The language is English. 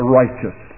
righteous